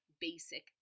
basic